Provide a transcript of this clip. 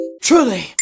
Truly